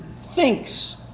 thinks